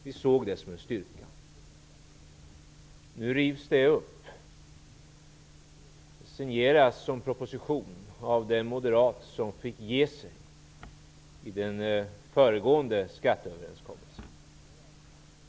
Vi såg det som en styrka. Nu rivs uppgörelsen upp. Propositionen signeras av den moderat som fick ge sig i förra skatteöverenskommelsen.